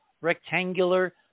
rectangular